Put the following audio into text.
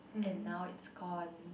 and now it's gone